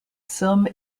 some